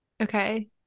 okay